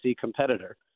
competitor